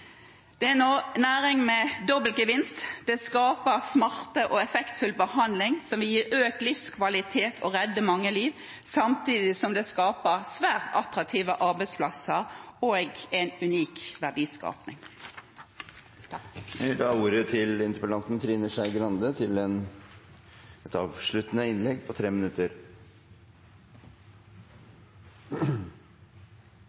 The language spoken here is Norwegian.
Det er en næring med dobbeltgevinst. Den skaper smart og effektfull behandling som vil gi økt livskvalitet og redde mange liv, samtidig som den skaper svært attraktive arbeidsplasser og en unik verdiskaping. Først vil